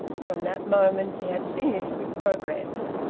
from that moment he had finished with progress.